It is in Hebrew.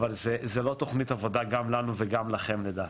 אבל זו לא תוכנית עבודה גם לנו וגם לכם לדעתי.